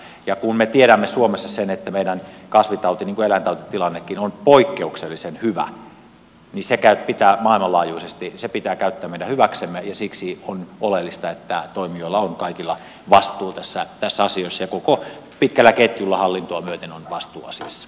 ja kun me tiedämme suomessa sen että niin meidän kasvitauti kuin eläintautitilanteemmekin on poikkeuksellisen hyvä maailmanlaajuisesti niin se pitää käyttää meidän hyväksemme ja siksi on oleellista että toimijoilla on kaikilla vastuu tässä asiassa ja koko pitkällä ketjulla hallintoa myöten on vastuu asiassa